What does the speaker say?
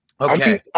Okay